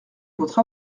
votre